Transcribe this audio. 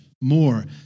more